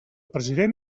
president